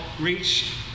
reach